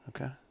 okay